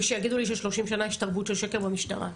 ויגידו לי ש-30 שנה יש תרבות של שקר במשטרה.